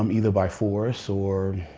um either by force or,